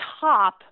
top